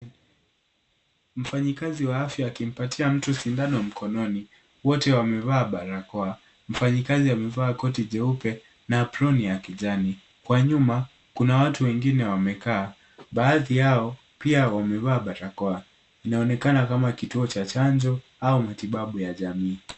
Mfanyikazi wa afya akimpatia mtu sindano mkononi. Wote wamevaa barakoa. Mfanyikazi amevaa koti jeupe na aproni ya kijani. Kwa nyuma kuna watu wengine wamekaa, baadhi yao pia wamevaa barakoa. Inaonekana kama kituo cha chanjo au matibabu ya jamii.